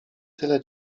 tyle